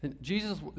Jesus